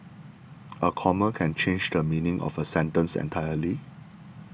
a comma can change the meaning of a sentence entirely